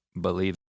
believe